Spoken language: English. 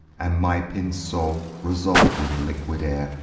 and my pin'd soul, resolv'd in liquid air,